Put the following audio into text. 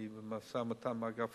אני במשא-ומתן עם אגף